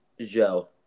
Joe